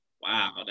Wow